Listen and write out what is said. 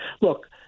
Look